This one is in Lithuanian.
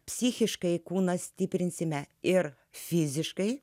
psichiškai kūną stiprinsime ir fiziškai